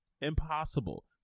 impossible